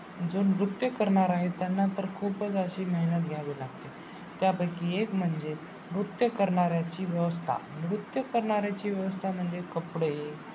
जो नृत्य करणार आहे त्यांना तर खूपच अशी मेहनत घ्यावी लागते त्यापैकी एक म्हणजे नृत्य करणाऱ्याची व्यवस्था नृत्य करणाऱ्याची व्यवस्था म्हणजे कपडे